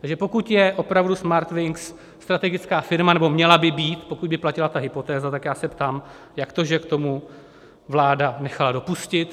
Takže pokud je opravdu Smartwings strategická firma, nebo měla by být, pokud by platila ta hypotéza, tak já se ptám, jak to, že k tomu vláda nechala dopustit.